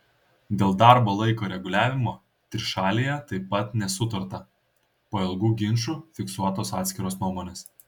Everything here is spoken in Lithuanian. dėl darbo laiko reguliavimo trišalėje taip pat nesutarta po ilgų ginčų fiksuotos atskiros nuomonės